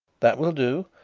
that will do.